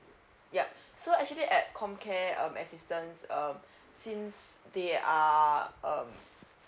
yup so actually at com care um assistance um since they are um